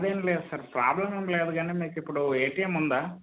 అదేం లేదు sir problem ఏం లేదు కానీ మీకు ఇప్పుడు ఏటీఎం ఉందా